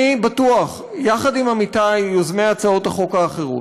אני בטוח, יחד עם עמיתי יוזמי הצעות החוק האחרות,